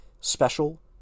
special